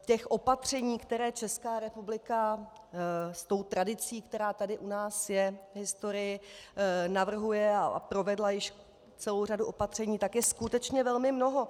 Těch opatření, které Česká republika s tou tradicí, která tady u nás je v historii, navrhuje a provedla již celou řadu opatření, tak je skutečně velmi mnoho.